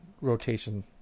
rotation